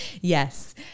yes